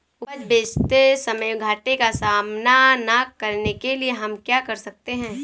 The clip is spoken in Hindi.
उपज बेचते समय घाटे का सामना न करने के लिए हम क्या कर सकते हैं?